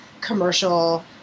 commercial